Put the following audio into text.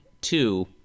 two